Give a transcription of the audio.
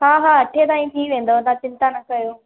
हा हा अठे ताईं थी वेंदव तव्हां चिंता न कयो